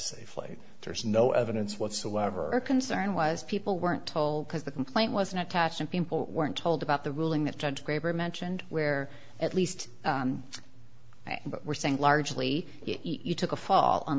safely there's no evidence whatsoever concern was people weren't told because the complaint wasn't attached and people weren't told about the ruling that judge graber mentioned where at least what we're saying largely you took a fall on